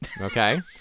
Okay